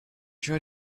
try